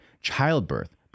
childbirth